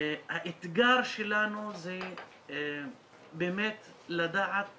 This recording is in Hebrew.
האתגר שלנו זה באמת לדעת